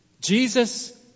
Jesus